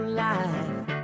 life